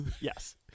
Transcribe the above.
Yes